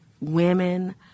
women